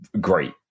great